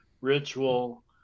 ritual